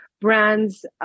brands